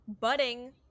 budding